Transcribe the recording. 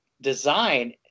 design